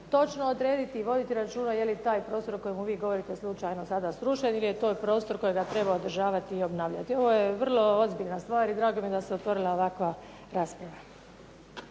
točno odrediti i voditi računa je li taj prostor o kojemu vi govorite slučajno sada srušen ili je to prostor kojega treba održavati i obnavljati. Ovo je vrlo ozbiljna stvar i drago mi je da se otvorila ovakva rasprava.